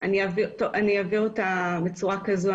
גם תאי ההזרעה עומדים מבחינת הגודל שלהם.